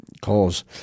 cause